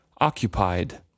occupied